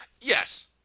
Yes